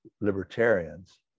libertarians